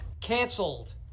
Canceled